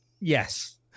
Yes